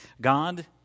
God